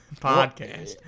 podcast